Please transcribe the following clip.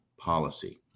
policy